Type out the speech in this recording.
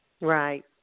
Right